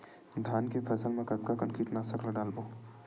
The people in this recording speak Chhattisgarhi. धान के फसल मा कतका कन कीटनाशक ला डलबो?